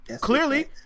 Clearly